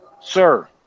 Sir